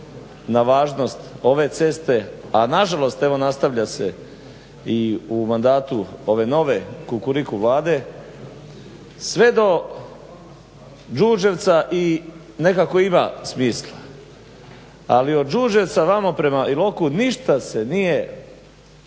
na važnost ove ceste, a na žalost evo nastavlja se i u mandatu ove nove Kukuriku vlade sve do Đurđevca i nekako i ima smisla. Ali od Đurđevca vamo prema Iloku ništa se nije